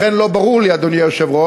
לכן לא ברור לי, אדוני היושב-ראש,